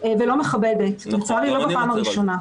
ולא מכבדת, ולצערי לא בפעם הראשונה.